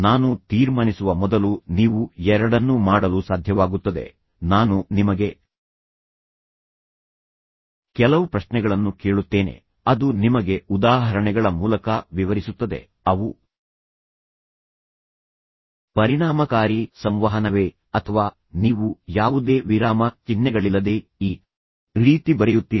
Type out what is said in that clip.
ನಾನು ತೀರ್ಮಾನಿಸುವ ಮೊದಲು ನೀವು ಎರಡನ್ನೂ ಮಾಡಲು ಸಾಧ್ಯವಾಗುತ್ತದೆ ನಾನು ನಿಮಗೆ ಕೆಲವು ಪ್ರಶ್ನೆಗಳನ್ನು ಕೇಳುತ್ತೇನೆ ಅದು ನಿಮಗೆ ಉದಾಹರಣೆಗಳ ಮೂಲಕ ವಿವರಿಸುತ್ತದೆ ಅವು ಪರಿಣಾಮಕಾರಿ ಸಂವಹನವೇ ಅಥವಾ ನೀವು ಯಾವುದೇ ವಿರಾಮ ಚಿಹ್ನೆಗಳಿಲ್ಲದೆ ಈ ರೀತಿ ಬರೆಯುತ್ತೀರಾ